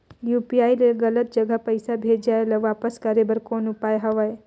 UPI ले गलत जगह पईसा भेजाय ल वापस करे बर कौन उपाय हवय?